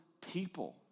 people